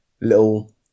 little